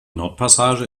nordpassage